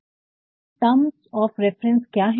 अब ये terms of reference क्या है